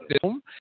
film